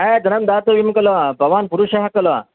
I धनं दातव्यं खलु भवान् पुरुषः खलु